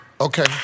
Okay